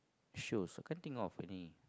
shows I can't think of any